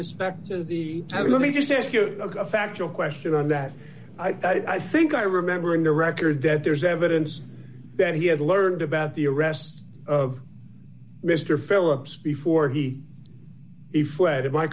respect to the time let me just ask you a factual question on that i think i remember in the record that there is evidence that he had learned about the arrest of mr philips before he